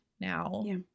now